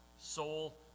soul